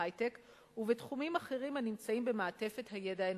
בהיי-טק ובתחומים אחרים הנמצאים במעטפת הידע האנושית.